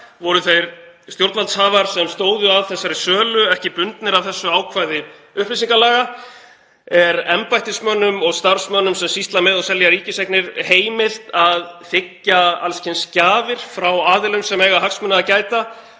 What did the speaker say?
Voru þeir stjórnvaldshafar sem stóðu að þessari sölu ekki bundnir af þessu ákvæði upplýsingalaga? Er embættismönnum og starfsmönnum sem sýsla með og selja ríkiseignir heimilt að þiggja alls kyns gjafir frá aðilum sem eiga hagsmuna að gæta